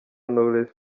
knowless